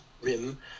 rim